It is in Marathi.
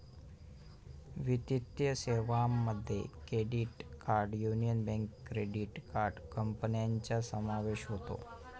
वित्तीय सेवांमध्ये credit card Union Bank credit card कंपन्यांचा समावेश होतो